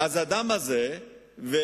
אז האדם הזה וכמוהו,